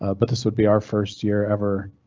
ah but this would be our first year ever.